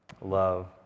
Love